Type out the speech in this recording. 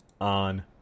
on